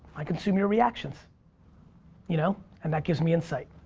i consume your reactions you know and that gives me insight.